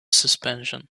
suspension